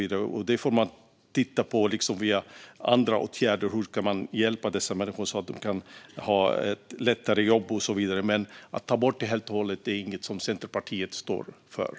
Då får man titta på andra åtgärder för att hjälpa dessa människor och underlätta deras arbete. Men att ta bort karensdagen permanent är ingenting som Centerpartiet står bakom.